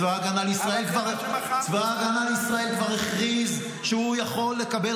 צבא ההגנה לישראל כבר הכריז שהוא יכול לקבל